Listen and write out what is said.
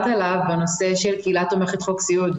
עליו בנושא של קהילה תומכת חוק סיעוד,